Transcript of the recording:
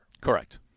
Correct